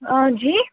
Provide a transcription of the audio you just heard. آ جی